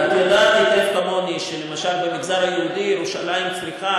את יודעת היטב כמוני שלמשל במגזר היהודי ירושלים צריכה,